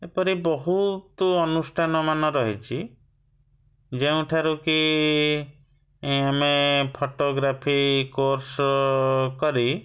ଏପରି ବହୁତ ଅନୁଷ୍ଠାନମାନ ରହିଛି ଯେଉଁଠାରୁ କି ଆମେ ଫଟୋଗ୍ରାଫି କୋର୍ସ କରି